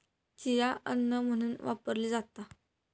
chia अन्न म्हणून वापरली जाता